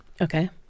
Okay